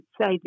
say